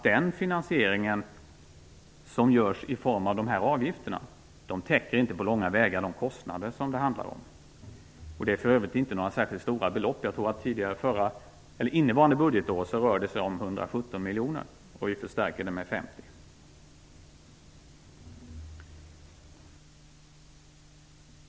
Den finansieringen som görs i form av de här avgifterna täcker inte på långa vägar de kostnader det handlar om. Det gäller för övrigt inte särskilt stora belopp. Jag tror att det innevarande budgetår rör sig om 117 miljoner, och vi förstärker med 50.